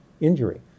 injury